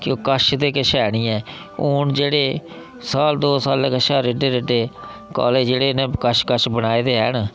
की जे कश ते किश ऐ निं ऐ हून जेह्ड़े साल दो साल कशा रेड्डे रेड्डे कॉलेज जेह्ड़े न कश कश बनाए दे हैन